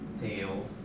tail